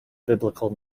biblical